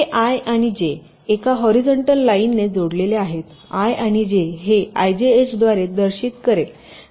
हे आय आणि जे एका हॉरीझॉन्टल लाईनने जोडलेले आहेत i आणि j हे ijH द्वारे दर्शित करेल